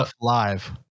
live